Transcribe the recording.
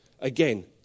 Again